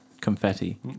confetti